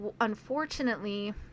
unfortunately